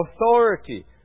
authority